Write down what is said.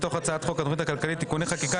מתוך הצעת חוק התוכנית הכלכלית (תיקוני חקיקה